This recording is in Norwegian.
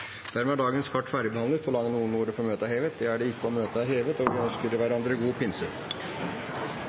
Dermed er dagens kart ferdigbehandlet. Forlanger noen ordet før møtet er hevet? – Møtet er hevet, og vi ønsker hverandre god pinse.